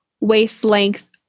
waist-length